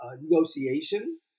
negotiation